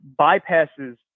bypasses